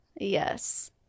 Yes